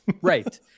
Right